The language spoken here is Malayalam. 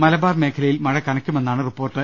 മലബാർ മേഖലയിൽ മഴ കന ക്കുമെന്നാണ് റിപ്പോർട്ട്